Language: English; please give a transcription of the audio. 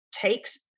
takes